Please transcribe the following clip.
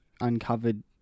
uncovered